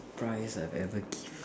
prize I've ever gift